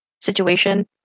situation